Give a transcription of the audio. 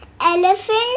Elephant